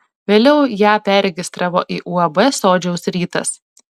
vėliau ją perregistravo į uab sodžiaus rytas